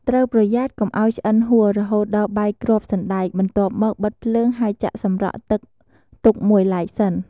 ត្រូវប្រយ័ត្នកុំឱ្យឆ្អិនហួសរហូតដល់បែកគ្រាប់សណ្ដែក បន្ទាប់មក បិទភ្លើង ហើយចាក់សម្រក់ទឹកទុកមួយឡែកសិន។